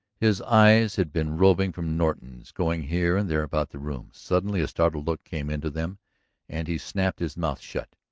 his eyes had been roving from norton's, going here and there about the room. suddenly a startled look came into them and he snapped his mouth shut.